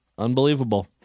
Unbelievable